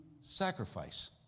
sacrifice